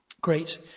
great